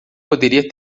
poderia